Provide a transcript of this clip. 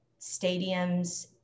stadiums